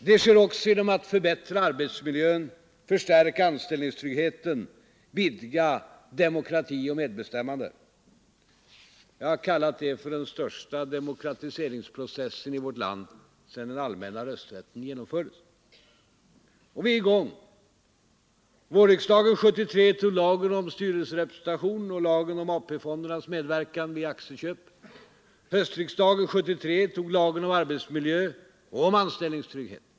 Det sker också genom att förbättra arbetsmiljön, förstärka anställningstryggheten, vidga demokrati och medbestämmande. Jag har kallat detta för den största demokratiseringsprocessen i vårt land sedan den allmänna rösträtten genomfördes. Vi är i gång med detta arbete. Vårriksdagen 1973 antog lagen om styrelserepresentation och förslaget om AP-fondernas medverkan i aktieköp. Höstriksdagen 1973 antog lagen om arbetsmiljön och lagen om anställningstrygghet.